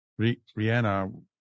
rihanna